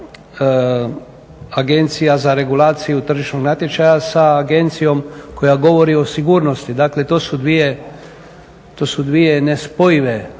Agencija za regulaciju tržišnog natječaja sa Agencijom koja govori o sigurnosti. Dakle to su dvije nespojive agencije.